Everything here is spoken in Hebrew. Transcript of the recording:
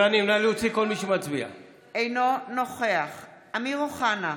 אינו נוכח אמיר אוחנה,